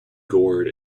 gourd